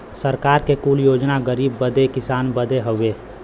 सरकार के कुल योजना गरीब बदे किसान बदे हउवे